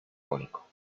jónico